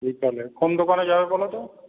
বিকালে কোন দোকানে যাবে বলো তো